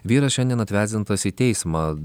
vyras šiandien atvesdintas į teismą